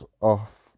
off